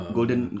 Golden